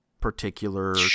particular